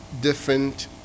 different